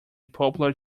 popular